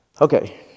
Okay